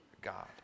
God